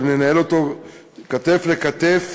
וננהל אותו כתף אל כתף,